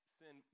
sin